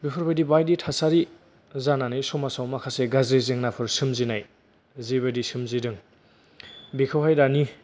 बेफोरबायदि बायदि थासारि जानानै समाजाव माखासे गाज्रि जेंनाफोर सोमजिनाय जे बायदि सोमजिदों बेखौहाय दानि